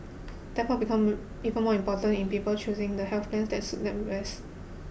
therefore become even more important in people choosing the health plan that suit them best